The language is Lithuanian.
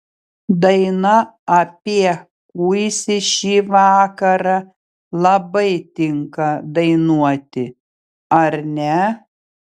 daina apie kuisį šį vakarą labai tinka dainuoti ar ne